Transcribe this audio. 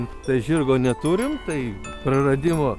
tai žirgo neturim tai praradimo